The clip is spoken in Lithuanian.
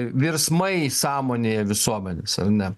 virsmai sąmonėje visuomenės ar ne